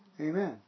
Amen